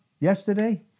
yesterday